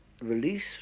release